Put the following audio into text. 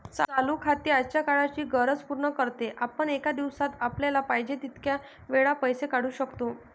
चालू खाते आजच्या काळाची गरज पूर्ण करते, आपण एका दिवसात आपल्याला पाहिजे तितक्या वेळा पैसे काढू शकतो